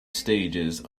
stage